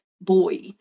boy